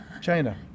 china